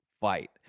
fight